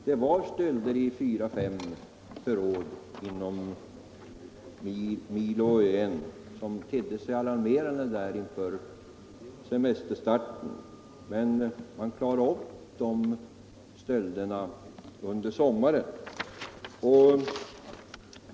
Det förekom stölder i fyra fem förråd inom milo ÖN som tedde sig alarmerande inför semesterstarten. Men man klarade upp dessa stölder under sommaren.